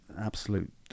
Absolute